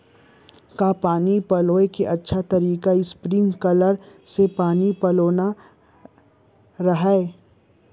का पानी पलोय के अच्छा तरीका स्प्रिंगकलर से पानी पलोना हरय?